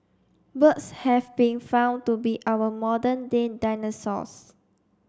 birds have been found to be our modern day dinosaurs